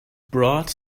brought